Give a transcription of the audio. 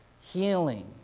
Healing